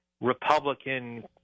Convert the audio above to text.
Republican